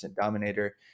dominator